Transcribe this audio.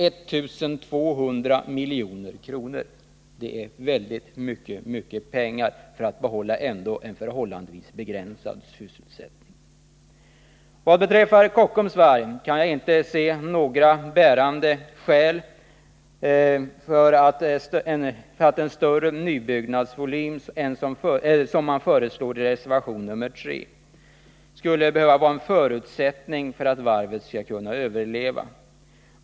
Det skall dock medges att bedömningen av procenttalet har gjorts av Svenska Varvs ledning och att den bedömningen kanske är något pessimistisk. Vad beträffar Kockums varv kan jag inte se några bärande skäl för att en större nybyggnadsvolym — som föreslås i reservation nr 3 — skulle vara en förutsättning för att varvet skall kunna överleva.